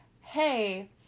hey